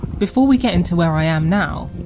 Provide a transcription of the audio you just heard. before we get into where i am now,